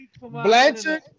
Blanchard